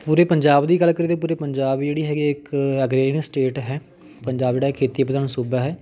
ਪੂਰੇ ਪੰਜਾਬ ਦੀ ਗੱਲ ਕਰੀਏ ਤਾਂ ਪੂਰੇ ਪੰਜਾਬ ਦੀ ਜਿਹੜੀ ਹੈਗੀ ਆ ਇੱਕ ਅਰਗੇਨੀਆ ਸਟੇਟ ਹੈ ਪੰਜਾਬ ਜਿਹੜਾ ਖੇਤੀ ਪ੍ਰਧਾਨ ਸੂਬਾ ਹੈ